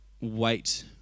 wait